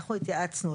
אנחנו התייעצנו,